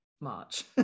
March